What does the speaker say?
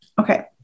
Okay